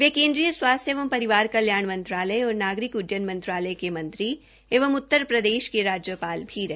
वे केन्द्रीय स्वास्थ्य एवं परिवार कल्याण मंत्रालय और नागरिक उड्डयन मंत्रालय के मंत्री एवं उत्तर प्रदेश के राज्यपाल भी रहे